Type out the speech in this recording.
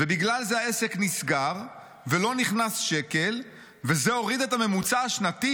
ובגלל זה העסק נסגר ולא נכנס שקל וזה הוריד את הממוצע השנתי.